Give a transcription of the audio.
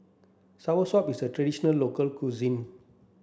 Soursop is a traditional local cuisine